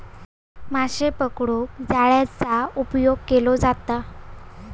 माशे पकडूक जाळ्याचा उपयोग केलो जाता